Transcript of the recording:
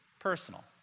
personal